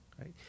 right